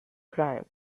crime